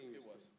it was.